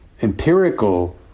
empirical